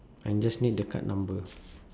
I just need the card number